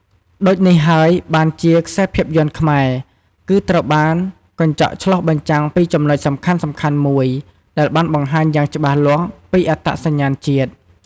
ដូចនេះហើយបានជាខ្សែភាពយន្តខ្មែរគឺត្រូវបានកញ្ចក់ឆ្លុះបញ្ចាំងពីចំណុចសំខាន់ៗមួយដែលបានបង្ហាញយ៉ាងច្បាស់លាស់ពីអត្តសញ្ញាណជាតិ ។